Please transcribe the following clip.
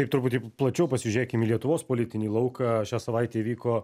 taip truputį plačiau pasižiūrėkim į lietuvos politinį lauką šią savaitę įvyko